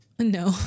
No